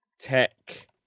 Tech